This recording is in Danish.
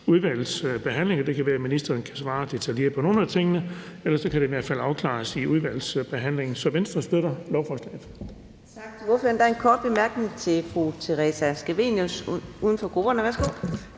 udvalgsbehandling. Det kan være, at ministeren kan svare detaljeret på nogle af tingene, og ellers kan det i hvert fald afklares i udvalgsbehandlingen. Så Venstre støtter lovforslaget.